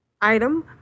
item